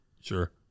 Sure